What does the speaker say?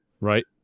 Right